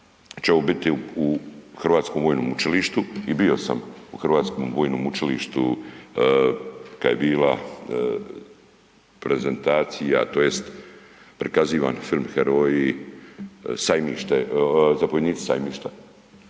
ovo biti u Hrvatskom vojnom učilištu i bio sam u Hrvatskom vojnom učilištu kad je bila prezentacija tj. prikazivan film „Heroji“, sajmište, „Zapovjednici Sajmišta“,